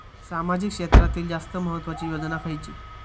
सामाजिक क्षेत्रांतील जास्त महत्त्वाची योजना खयची?